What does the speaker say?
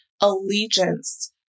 allegiance